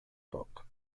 book